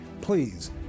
please